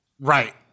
Right